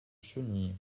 chenille